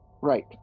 Right